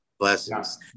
Blessings